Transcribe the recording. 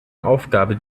aufgabe